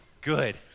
good